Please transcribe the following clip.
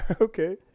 okay